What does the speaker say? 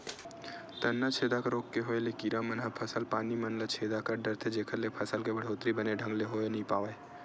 तनाछेदा रोग के होय ले कीरा मन ह फसल पानी मन ल छेदा कर डरथे जेखर ले फसल के बड़होत्तरी बने ढंग ले होय नइ पावय